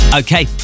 okay